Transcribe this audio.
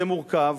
זה מורכב.